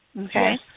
Okay